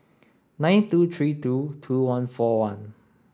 nine two three two two one four one